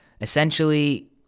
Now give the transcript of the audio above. essentially